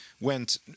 went